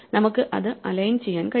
നമുക്ക് അത് അലൈൻ ചെയ്യാൻ കഴിയും